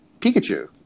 Pikachu